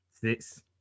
Six